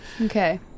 Okay